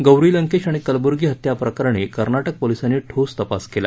गौरी लंकेश आणि कलबुर्गी हत्या प्रकरणी कर्नाटक पोलिसांनी ठोस तपास केला